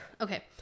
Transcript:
okay